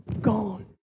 Gone